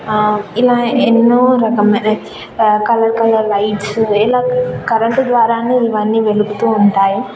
ఇలా ఎన్నో రకమైన రకరకాల లైట్స్ ఇలా కరెంటు ద్వారానే ఇవన్నీ వెలుగుతూ ఉంటాయి